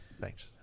Thanks